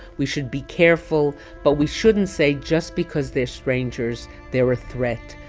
we should be careful, but we shouldn't say just because they're strangers they're a threat,